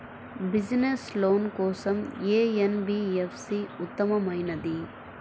Business loan కోసం ఏ NBFC ఉత్తమమైనది?